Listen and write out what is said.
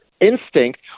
instinct